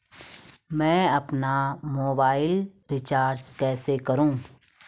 मैं अपना mobile recharge कैसे करूँ?